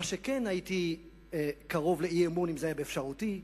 במה שכן הייתי קרוב לאי-אמון, אם זה היה באפשרותי,